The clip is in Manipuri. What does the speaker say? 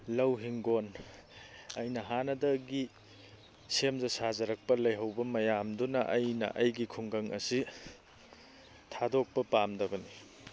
ꯂꯧ ꯍꯤꯡꯒꯣꯟ ꯑꯩꯅ ꯍꯥꯟꯅꯗꯒꯤ ꯁꯦꯝꯖ ꯁꯥꯖꯔꯛꯄ ꯂꯩꯍꯧꯕ ꯃꯌꯥꯝꯗꯨꯅ ꯑꯩꯅ ꯑꯩꯒꯤ ꯈꯨꯡꯒꯪ ꯑꯁꯤ ꯊꯥꯗꯣꯛꯄ ꯄꯥꯝꯗꯕꯅꯤ